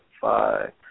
five